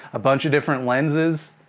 a bunch of different lenses.